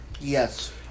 Yes